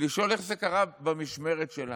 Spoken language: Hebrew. ולשאול: איך זה קרה במשמרת שלנו?